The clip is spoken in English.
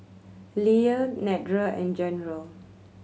Leah Nedra and General